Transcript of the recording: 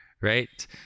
Right